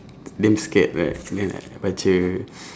damn scared right then like I baca